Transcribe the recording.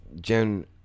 Jen